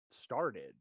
started